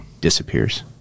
disappears